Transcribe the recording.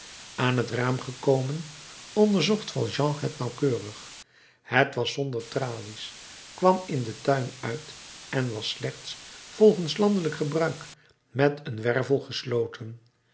aan het raam gekomen onderzocht valjean het nauwkeurig het was zonder tralies kwam in den tuin uit en was slechts volgens landelijk gebruik met een wervel gesloten